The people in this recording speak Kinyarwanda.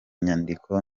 nyandiko